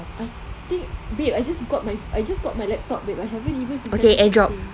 I think babe I just got my I just got my laptop babe I haven't even save anything